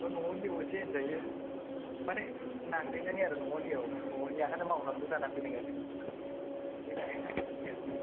न'आवनि असे होनजायो माने नांदेरनायनि आरो न'आवनि औ न'नि ओंखायनो मावनांगौ जानानै फैदों आरो